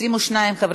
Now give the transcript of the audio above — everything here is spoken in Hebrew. חוק הגנת הצרכן (תיקון מס' 52),